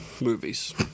movies